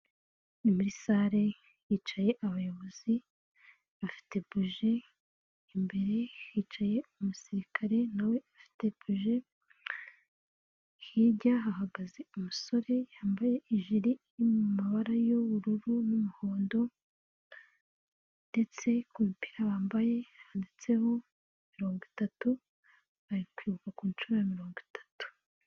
Ni muri sale hicaye abayobozi, bafite buji imbere hicaye umusirikare na we afite buje, hirya ahagaze umusore yambaye ijiri iri mumabara yubururu n'umuhondo ndetse ku mupira bambaye handitseho mirongo itatu, bari kwibuka ku nshuro ya mirongo itatu.